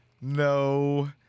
no